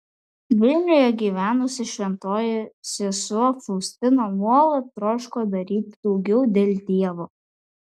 vilniuje gyvenusi šventoji sesuo faustina nuolat troško daryti daugiau dėl dievo